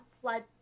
flood